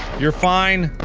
you're fine